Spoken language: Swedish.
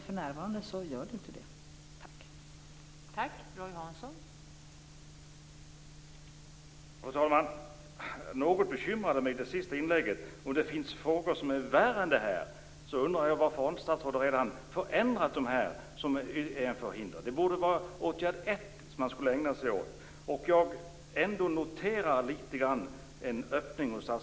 För närvarande finns det ingen anledning.